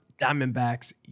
Diamondbacks